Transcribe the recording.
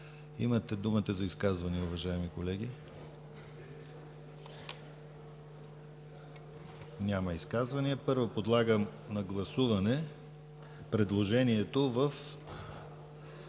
Имате думата за изказвания, уважаеми колеги. Няма желаещи. Първо подлагам на гласуване предложението в